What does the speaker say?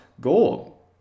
goal